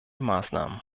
maßnahmen